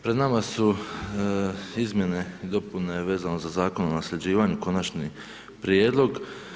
Pred nama su izmjene i dopune vezano za Zakon o nasljeđivanju, konačni prijedlog.